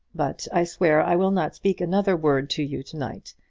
but i swear i will not speak another word to you to-night.